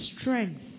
strength